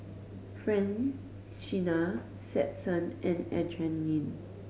Francina Stetson and Adrienne